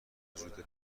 وجود